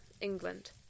England